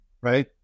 right